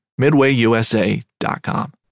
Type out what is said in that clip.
MidwayUSA.com